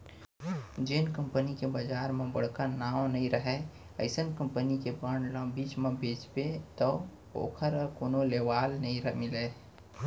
जेन कंपनी के बजार म बड़का नांव नइ रहय अइसन कंपनी के बांड ल बीच म बेचबे तौ ओकर कोनो लेवाल नइ मिलय